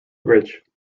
ridge